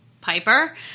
Piper